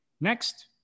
Next